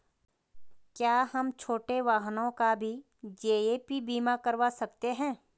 क्या हम छोटे वाहनों का भी जी.ए.पी बीमा करवा सकते हैं?